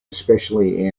especially